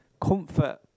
comfort